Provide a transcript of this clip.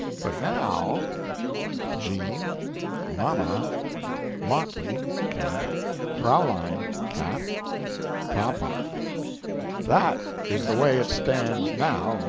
but now jean mama motley cat fraulein cat papa that is the way it stands now.